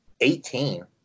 Eighteen